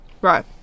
Right